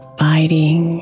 fighting